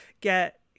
get